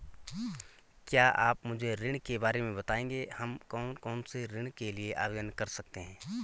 क्या आप मुझे ऋण के बारे में बताएँगे हम कौन कौनसे ऋण के लिए आवेदन कर सकते हैं?